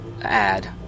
add